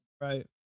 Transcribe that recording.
Right